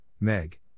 Meg